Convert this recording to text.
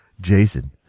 Jason